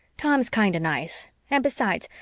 tom's kind of nice. and besides,